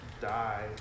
die